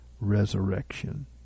resurrection